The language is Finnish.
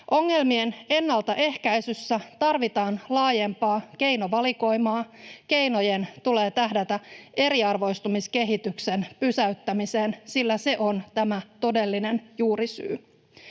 Ongelmien ennaltaehkäisyssä tarvitaan laajempaa keinovalikoimaa. Keinojen tulee tähdätä eriarvoistumiskehityksen pysäyttämiseen, sillä se on tämä todellinen juurisyy.